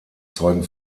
zeugen